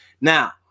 Now